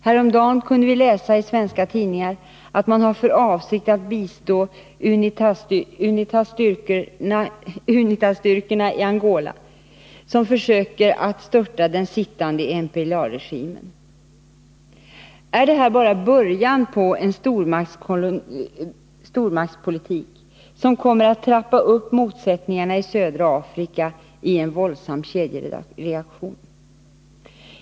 Häromdagen kunde vi läsa i svenska tidningar att man har för avsikt att bistå UNITA-styrkorna i Angola, som försöker störta den sittande MPLA-regimen. Är det här bara början på en stormaktspolitik som kommer att trappa upp motsättningarna i södra Afrika i en våldsam kedjereaktion?